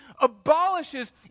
abolishes